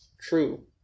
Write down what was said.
true